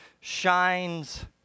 shines